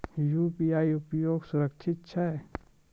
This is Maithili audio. यु.पी.आई उपयोग सुरक्षित छै?